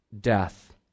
death